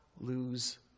Lose